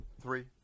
Three